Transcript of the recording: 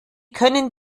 können